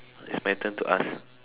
it's my turn to ask